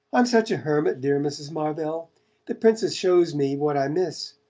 i'm such a hermit, dear mrs. marvell the princess shows me what i miss,